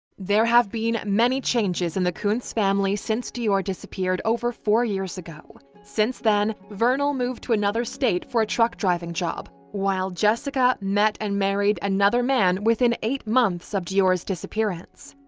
there have been many changes in the kunz family since deorr disappeared over four years ago. since then, vernal moved to another state for a truck-driving job, while jessica met and married another man within eight months of deorr's disappearance.